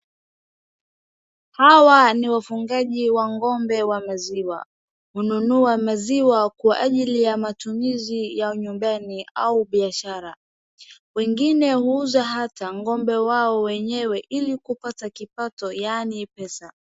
Hawa ni wafugaji wa ng'ombe wa maziwa, hununua maziwa kwa ajili ya matumizi ya nyumbani au biashara. Wengine huuza hata ng'ombe wao wenyewe ili kupata kipato yaani pesa.